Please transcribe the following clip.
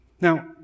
Now